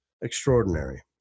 extraordinary